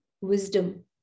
Wisdom